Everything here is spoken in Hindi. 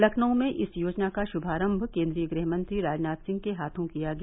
लखनऊ में इस योजना का शुभारम्भ केन्द्रीय गृह मंत्री राजनाथ सिंह के हाथों किया गया